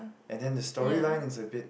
and then the storyline is a bit